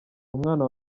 umwana